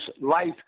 life